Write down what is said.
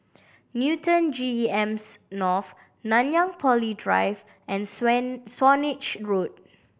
Newton GEM's North Nanyang Poly Drive and Swan Swanage Road